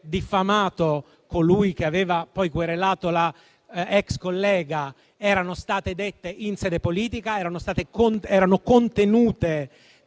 diffamato colui che aveva poi querelato la ex collega, erano state dette in sede politica e contenute